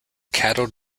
cattle